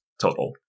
total